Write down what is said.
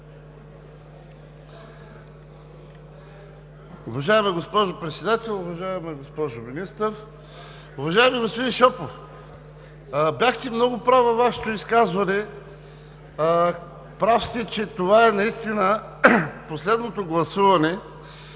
Уважаема госпожо Председател, уважаема госпожо Министър! Уважаеми господин Шопов, бяхте много прав във Вашето изказване. Прав сте, че това е наистина последното гласуване